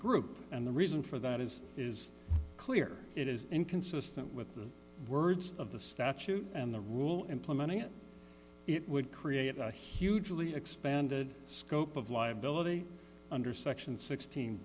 group and the reason for that is is clear it is inconsistent with the words of the statute and the rule implementing it it would create a hugely expanded scope of liability under section sixteen